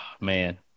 Man